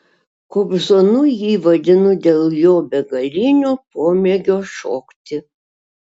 kobzonu jį vadinu dėl jo begalinio pomėgio šokti